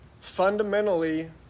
Fundamentally